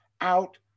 out